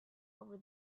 over